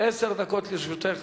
עשר דקות לרשותך,